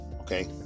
okay